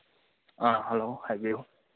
ꯑꯥ hello ꯍꯥꯏꯕꯤꯌꯨ